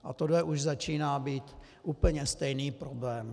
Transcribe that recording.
A tohle už začíná být úplně stejný problém.